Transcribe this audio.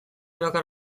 bakar